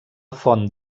font